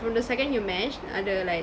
from the second you match ada like